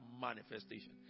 manifestation